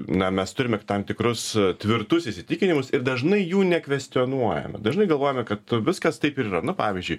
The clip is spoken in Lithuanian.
na mes turime tam tikrus tvirtus įsitikinimus ir dažnai jų nekvestionuojame dažnai galvojame kad viskas taip ir yra na pavyzdžiui